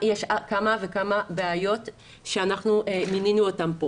יש כמה וכמה בעיות שאנחנו מנינו אותם כאן.